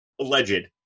alleged